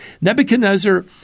Nebuchadnezzar